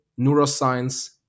neuroscience